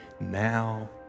now